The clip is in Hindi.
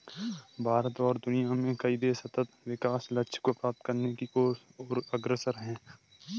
भारत और दुनिया में कई देश सतत् विकास लक्ष्य को प्राप्त करने की ओर अग्रसर है